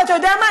ואתה יודע מה?